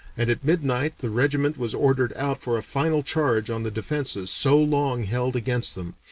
and at midnight the regiment was ordered out for a final charge on the defences so long held against them,